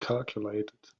calculated